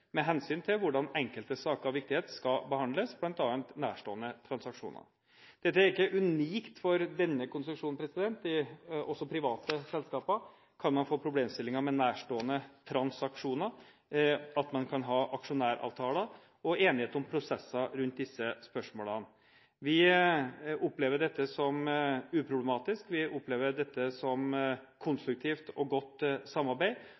med hensyn til hvordan enkelte saker av viktighet skal behandles, bl.a. nærstående transaksjoner. Dette er ikke unikt for denne konstruksjonen. Også i private selskaper kan man få problemstillinger med nærstående transaksjoner, at man kan ha aksjonæravtaler og enighet om prosesser rundt disse spørsmålene. Vi opplever dette som uproblematisk, vi opplever dette som et konstruktivt og godt samarbeid,